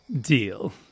Deal